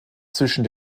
zwischen